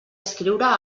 escriure